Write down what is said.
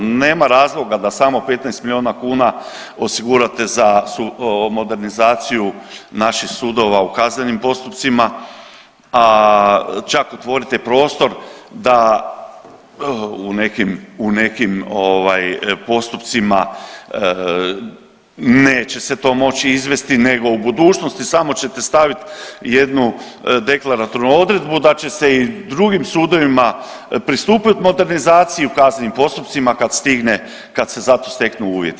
Nema razloga da samo 15 milijuna kuna osigurate za modernizaciju naših sudova u kaznenim postupcima, a čak otvorite prostor da u nekim postupcima neće se to moći izvesti nego u budućnosti samo ćete stavit jednu deklaratornu odredbu da će se i drugim sudovima pristupit modernizaciji u kaznenim postupcima kad se za to steknu uvjeti.